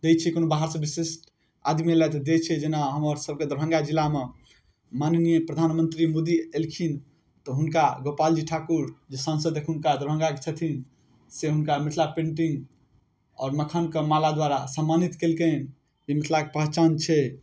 दै छै कोनो बाहरसँ विशिष्ट आदमी अएलथि दै छै जेना हमरसबके दरभङ्गा जिलामे माननीय प्रधानमन्त्री मोदी अएलखिन तऽ हुनका गोपालजी ठाकुर जे सांसद एखुनका दरभङ्गाके छथिन से हुनका मिथिला पेन्टिङ्ग आओर मखानके माला द्वारा सम्मानित केलकनि जे मिथिलाके पहचान छै